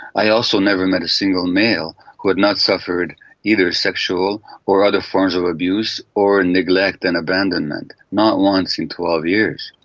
i also never met a single male who had not suffered either sexual or other forms of abuse or neglect and abandonment, not once in twelve years.